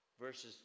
verses